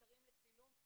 מותרים לצילום,